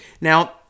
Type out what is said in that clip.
Now